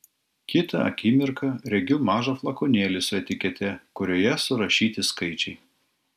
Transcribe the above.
kitą akimirką regiu mažą flakonėlį su etikete kurioje surašyti skaičiai